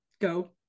go